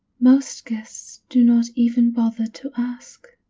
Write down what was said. most guests do not even bother to ask.